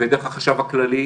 דרך החשב הכללי,